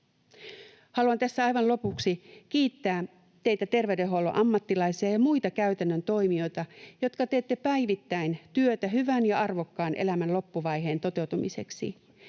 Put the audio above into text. Haluan tässä aivan lopuksi kiittää teitä terveydenhuollon ammattilaisia ja muita käytännön toimijoita, jotka teette päivittäin työtä hyvän ja arvokkaan elämän loppuvaiheen toteutumiseksi.